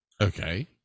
okay